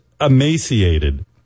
emaciated